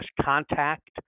contact